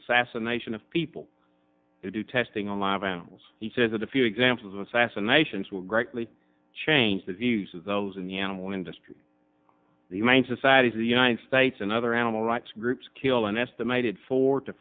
assassination of people who do testing on live animals he says a few examples of assassinations will greatly change the views of those in the animal industry humane societies of the united states and other animal rights groups kill an estimated four to